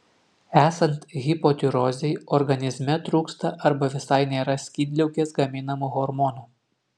esant hipotirozei organizme trūksta arba visai nėra skydliaukės gaminamų hormonų